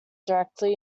directly